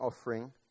offering